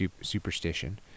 superstition